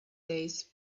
days